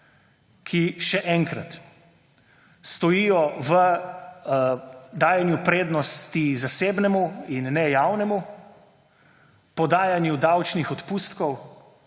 ki – še enkrat – stojijo v dajanju prednosti zasebnemu in ne javnemu, podajanju davčnih odpustkov,